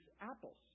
apples